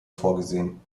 vorgesehen